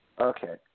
Okay